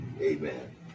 Amen